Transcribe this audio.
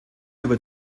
über